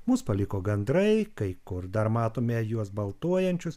mus paliko gandrai kai kur dar matome juos baltuojančius